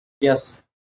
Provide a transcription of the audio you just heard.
yes